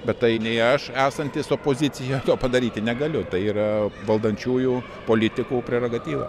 bet tai nei aš esantis opozicija to padaryti negaliu tai yra valdančiųjų politikų prerogatyva